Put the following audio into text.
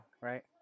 right